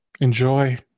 Enjoy